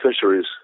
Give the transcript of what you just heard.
Fisheries